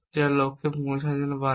যা লক্ষ্যে পৌঁছানো বা না